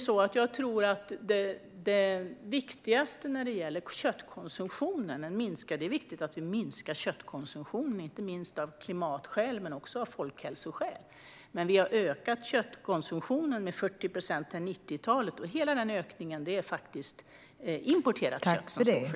Det är viktigt att vi minskar köttkonsumtionen, inte minst av klimatskäl men också av folkhälsoskäl. Vi har ökat köttkonsumtionen med 40 procent sedan 90-talet. Och hela den ökningen står importerat kött för.